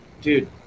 dude